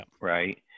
right